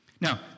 Now